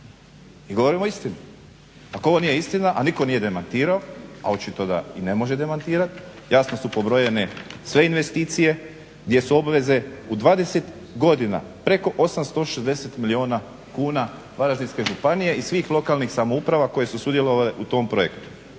I govorimo istinu, ako ovo nije istina, a nitko nije demantirao, a očito da i ne može demantirati. Jasno su pobrojene sve investicije gdje su obveze u 20 godina preko 860 milijuna kuna Varaždinske županije i svih lokalnih samouprava koje su sudjelovale u tom projektu,